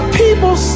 people